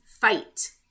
fight